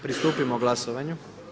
Pristupimo glasovanju.